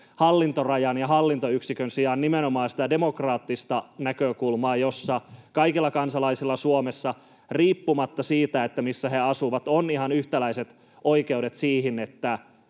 hallintorajan ja hallintoyksikön sijaan nimenomaan sitä demokraattista näkökulmaa, jossa kaikilla kansalaisilla Suomessa riippumatta siitä, missä he asuvat, on ihan yhtäläiset oikeudet siihen, ketkä